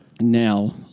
now